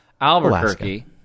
Albuquerque